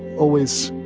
always,